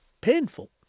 painful